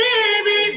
Baby